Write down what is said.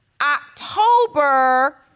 October